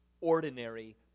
ordinary